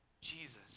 Jesus